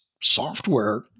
software